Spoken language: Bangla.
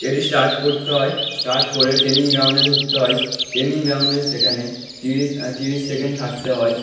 এটি স্টার্ট করতে হয় স্টার্ট করে ট্রেনিং গ্রাউন্ডে ঢুকতে হয় ট্রেনিং গ্রাউন্ডে সেখানে তিরিশ তিরিশ সেকেন্ড থাকতে হয়